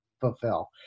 fulfill